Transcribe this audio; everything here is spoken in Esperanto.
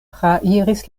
trairis